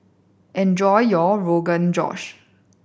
enjoy your Rogan Josh